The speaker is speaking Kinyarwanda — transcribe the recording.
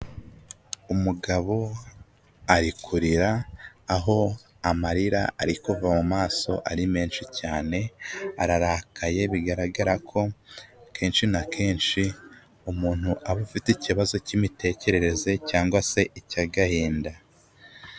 Umugabo ari kurira aho amarira ariko kuva mu maso ari menshi cyane, ararakaye bigaragara ko kenshi na kenshi umuntu aba afite ikibazo cy'imitekerereze cyangwa se icy'agahinda.